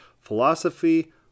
philosophy